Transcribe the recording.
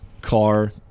car